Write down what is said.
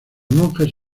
monjes